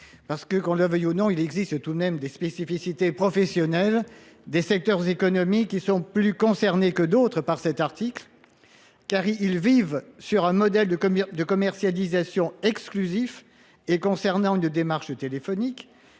Parce que, qu'on le veuille ou non, il existe tout de même des spécificités professionnelles des secteurs économiques qui sont plus concernés que d'autres par cet article. Car ils vivent sur un modèle de commercialisation exclusif et concernant une démarche téléphonique,